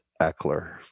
Eckler